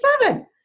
seven